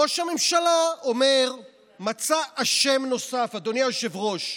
ראש הממשלה מצא אשם נוסף, אדוני היושב-ראש.